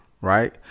Right